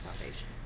Foundation